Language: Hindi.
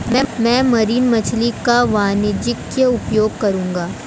मैं मरीन मछली का वाणिज्यिक उपयोग करूंगा